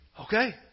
Okay